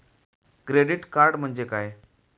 Credit card म्हणजे काय?